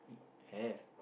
have